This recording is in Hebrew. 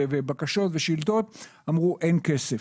בקשות ושאילתות אמרו שאין כסף.